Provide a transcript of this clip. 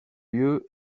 lieu